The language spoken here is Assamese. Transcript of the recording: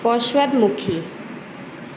পশ্চাদমুখী